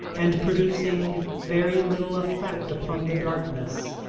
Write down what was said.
and producing very little effect upon the darkness.